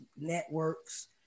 networks